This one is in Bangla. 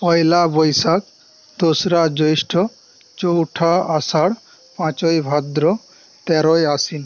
পয়লা বৈশাখ দোসরা জৈষ্ঠ্য চৌঠা আষাঢ় পাঁচই ভাদ্র তেরোই আশ্বিন